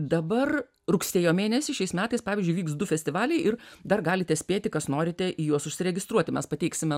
dabar rugsėjo mėnesį šiais metais pavyzdžiui vyks du festivaliai ir dar galite spėti kas norite į juos užsiregistruoti mes pateiksime